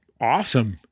awesome